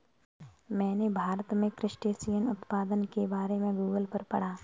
मैंने भारत में क्रस्टेशियन उत्पादन के बारे में गूगल पर पढ़ा